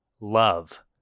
love